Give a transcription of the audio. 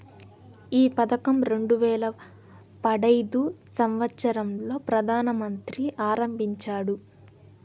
ఈ పథకం రెండు వేల పడైదు సంవచ్చరం లో ప్రధాన మంత్రి ఆరంభించారు